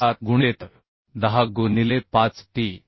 17 गुणिले तर 10 गु निले 5 t